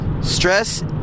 stress